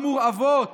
המורעבות,